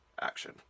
action